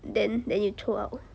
then then you throw out